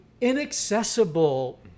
inaccessible